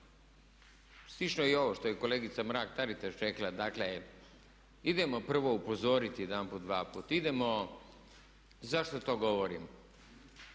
slično i ovo što je kolegica Mrak-Taritaš rekla, dakle, idemo prvo upozoriti jedanput, dvaput, idemo zašto to govorim?